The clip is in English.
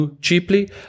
cheaply